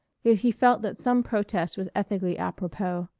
yet he felt that some protest was ethically apropos.